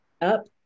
up